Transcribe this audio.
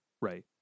right